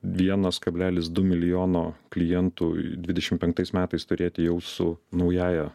vienas kablelis du milijono klientų dvidešimt penktais metais turėti jau su naująja